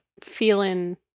feeling